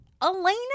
elena